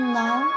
now